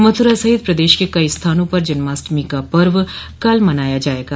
मथुरा सहित प्रदेश में कई स्थानों पर जन्माष्टमी का पर्व कल मनाया जायेगा